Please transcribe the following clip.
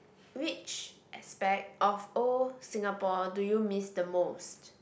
which aspect of old Singapore do you miss the most